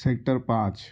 sector پانچ